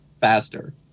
faster